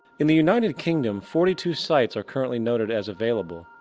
in the united kingdom forty two sites are currently noted as available,